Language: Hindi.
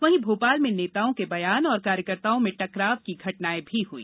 वहीं भोपाल में नेताओं के बयान और कार्यकर्ताओं में टकराव की घटनाएं भी हुई